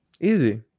Easy